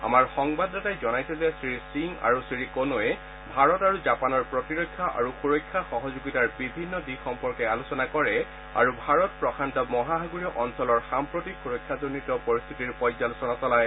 আমাৰ সংবাদদাতাই জনাইছে যে শ্ৰী সিং আৰু শ্ৰী ক'ন'ই ভাৰত আৰু জাপানৰ প্ৰতিৰক্ষা আৰু সুৰক্ষা সহযোগিতাৰ বিভিন্ন দিশ সম্পৰ্কে আলোচনা কৰে আৰু ভাৰত প্ৰশান্ত মহাসাগৰীয় অঞ্চলৰ সাম্প্ৰতিক সুৰক্ষাজনিত পৰিস্থিতিৰ পৰ্যালোচনা চলায়